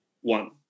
One